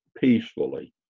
peacefully